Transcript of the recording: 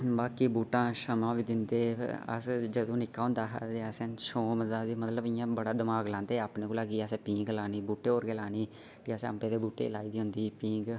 बाकी बूह्टे छां बी दिंदे अस जदूं निक्के होंदा हे ते असें छौं मतलब अस बड़ा दमाग लांदे हे अपने कोला की असें पींह्ग लानी बूह्टे पर ते असें अम्बे दे बूह्टे पर गै लानी पींह्ग